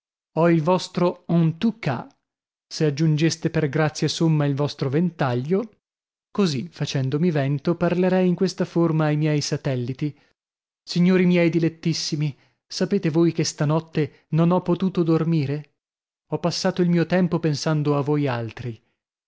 ho il vostro en tout cas se aggiungeste per grazia somma il vostro ventaglio così facendomi vento parlerei in questa forma ai miei satelliti signori miei dilettissimi sapete voi che stanotte non ho potuto dormire ho passato il mio tempo pensando a voi altri